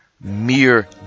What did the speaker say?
mere